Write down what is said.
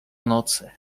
nocy